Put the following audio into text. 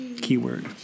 Keyword